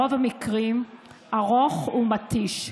ברוב המקרים ארוך ומתיש,